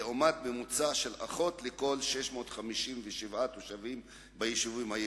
לעומת ממוצע של אחות לכל 657 תושבים ביישובים היהודיים.